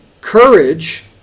courage